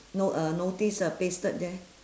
no~ uh notice uh pasted there